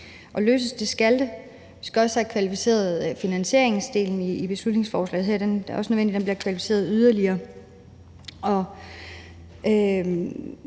For løses skal det. Vi skal også have kvalificeret finansieringsdelen i beslutningsforslaget. Det er nødvendigt, at den bliver kvalificeret yderligere.